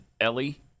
Ellie